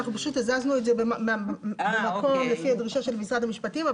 אנחנו פשוט הזזנו את זה מהמקום לפי הדרישה של משרד המשפטים.